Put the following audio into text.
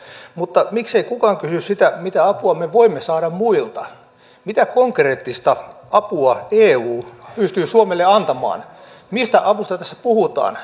mutta miksei kukaan kysy sitä mitä apua me voimme saada muilta mitä konkreettista apua eu pystyy suomelle antamaan mistä avusta tässä puhutaan